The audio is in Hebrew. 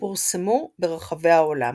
ופורסמו ברחבי העולם.